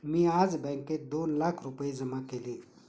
मी आज बँकेत दोन लाख रुपये जमा केले